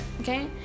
Okay